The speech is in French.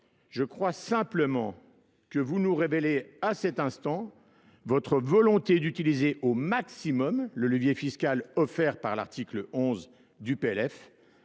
je crois simplement que vous nous révélez à cet instant votre volonté d'utiliser au maximum le levier fiscal offert par l'article 11 du PLF,